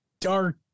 dark